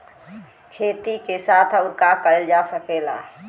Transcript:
खेती के साथ अउर का कइल जा सकेला?